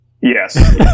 Yes